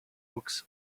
books